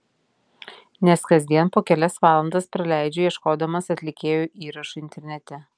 nes kasdien po kelias valandas praleidžiu ieškodamas atlikėjų įrašų internete